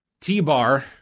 T-Bar